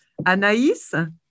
Anaïs